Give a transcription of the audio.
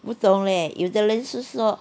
不懂 leh 有的人是说